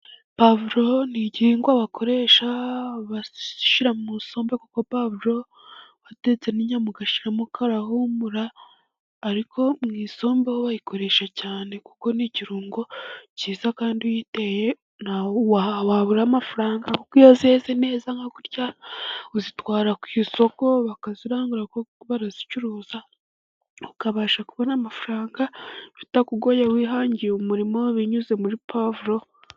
Pavuro n'igihehingwa bakoresha bashyira mu isombe, kuko pavuro watetse n'inyama ugashyiramo karahumura, ariko mu isombe wayikoresha cyane kuko ni ikirungo cyiza, kandi uyiteye nti wabura amafaranga, kuko iyo yeze neza nka gutya uzitwara ku isoko bakazirangura, kuko barazicuruza ukabasha kubona amafaranga bitakugoye, wihangiye umurimo binyuze muri pavuro.